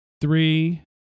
three